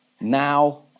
now